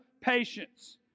patience